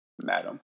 madam